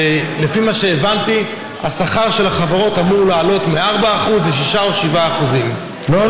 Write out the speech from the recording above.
ולפי מה שהבנתי השכר של החברות אמור לעלות מ-4% ל-6% או 7%. לא.